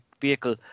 vehicle